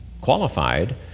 qualified